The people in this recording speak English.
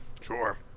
sure